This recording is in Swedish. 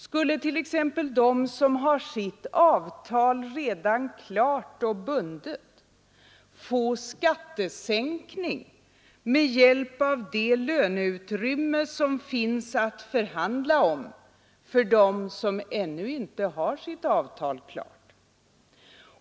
Skulle t.ex. de som har sitt avtal klart och bundet få skattesänkning med det löneutrymme som finns att förhandla om för dem som ännu inte har något avtal?